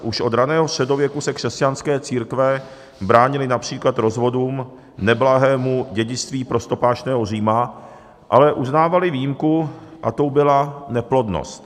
Už od raného středověku se křesťanské církve bránily například rozvodům, neblahému dědictví prostopášného Říma, ale uznávaly výjimku a tou byla neplodnost.